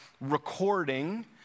recording